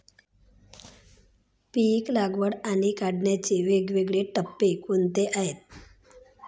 पीक लागवड आणि काढणीचे वेगवेगळे टप्पे कोणते आहेत?